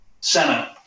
Senate